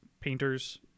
painters